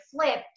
flipped